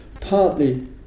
Partly